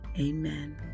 amen